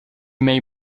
may